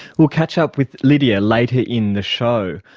we'll catch up with lydija later in the show.